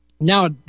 Now